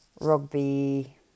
rugby